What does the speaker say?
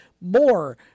More